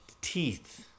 teeth